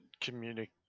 communicate